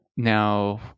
Now